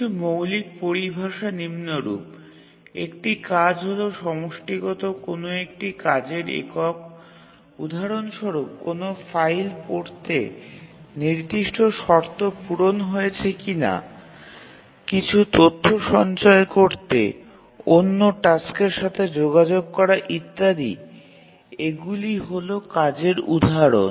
কিছু মৌলিক পরিভাষা নিম্নরূপ একটি কাজ হল সমষ্টিগত কোন একটি কাজের একক উদাহরণ স্বরূপ কোনও ফাইল পড়তে নির্দিষ্ট শর্ত পূরণ হয়েছে কিনা কিছু তথ্য সঞ্চয় করতে অন্য টাস্কের সাথে যোগাযোগ করা ইত্যাদি এগুল হল কাজের উদাহরণ